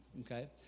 okay